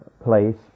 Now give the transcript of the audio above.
place